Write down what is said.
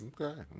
Okay